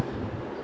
even my